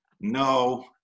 No